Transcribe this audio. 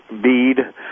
bead